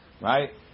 Right